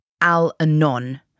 AL-ANON